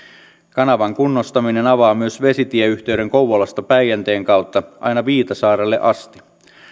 kanavan kunnostaminen avaa myös vesitieyhteyden kouvolasta päijänteen kautta aina viitasaarelle asti